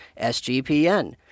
SGPN